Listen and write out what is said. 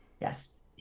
Yes